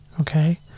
Okay